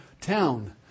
town